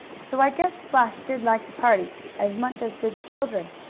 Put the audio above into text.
so i guess splash did like the party as much as did the children.